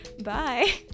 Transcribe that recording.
bye